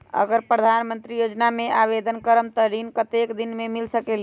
अगर प्रधानमंत्री योजना में आवेदन करम त ऋण कतेक दिन मे मिल सकेली?